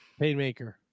Painmaker